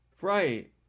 right